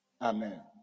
Amen